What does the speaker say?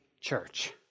church